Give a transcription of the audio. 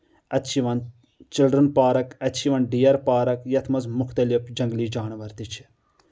اَتہِ چھِ یِوان چِلڈرن پارک اَتہِ چھِ یِوان ڈِیر پارک یتھ منٛز مُختٔلف جنٛگلی جانور تہِ چھِ